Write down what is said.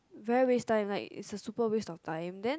very waste time like it's a super waste of time then